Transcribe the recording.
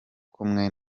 kumwe